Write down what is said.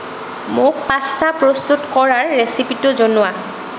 মোক পাষ্টা প্ৰস্তুত কৰাৰ ৰেচিপিটো জনোৱা